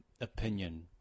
opinion